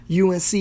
UNC